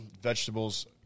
vegetables